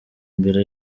mbere